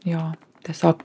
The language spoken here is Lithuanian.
jo tiesiog